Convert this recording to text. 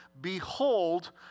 Behold